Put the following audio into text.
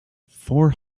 four